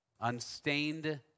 unstained